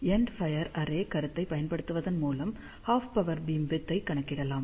end fire array கருத்தைப் பயன்படுத்துவதன் மூலம் ஹாஃப் பவர் பீம்விட்த் ஐக் கணக்கிடலாம்